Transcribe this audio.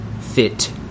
fit